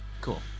cool